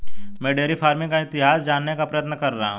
मैं dairy farming का इतिहास जानने का प्रयत्न कर रहा हूं